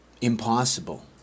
impossible